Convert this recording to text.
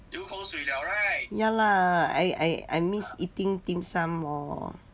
ya la I I miss eating dim sum more